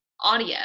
audio